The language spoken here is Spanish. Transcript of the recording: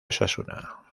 osasuna